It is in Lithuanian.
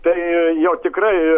tai jau tikrai